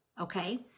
Okay